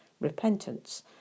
repentance